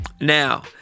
Now